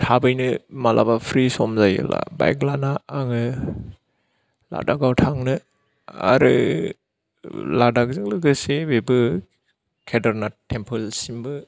थाबैनो मालाबा फ्रि सम जायोबा बाइक लाना आङो लादाखाव थांनो आरो लादाखजों लोगोसे बेबो केदारनाथ तेम्पोलसिमबो